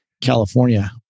California